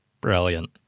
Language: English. Brilliant